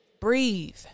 Breathe